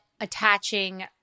attaching